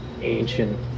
ancient